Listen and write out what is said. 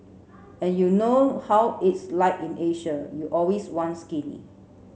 and you know how it's like in Asia you always want skinny